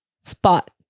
spot